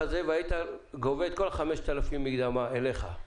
והיית גובה את כל ה-5,000 שקלים מקדמה אליך,